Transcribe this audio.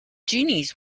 genies